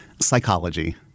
Psychology